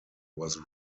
was